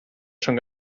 schon